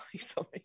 Sorry